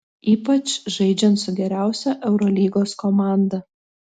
ypač žaidžiant su geriausia eurolygos komanda